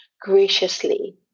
graciously